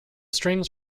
strings